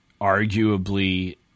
arguably